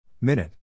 Minute